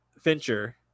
fincher